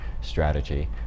strategy